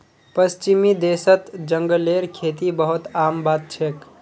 पश्चिमी देशत जंगलेर खेती बहुत आम बात छेक